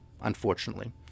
unfortunately